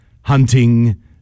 hunting